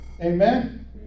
Amen